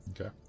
Okay